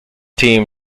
team